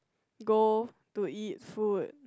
go to eat food